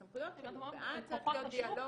שיהיו לו, שכרגע עדיין אין לו.